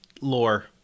lore